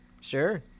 Sure